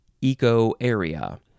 eco-area